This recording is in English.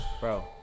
Bro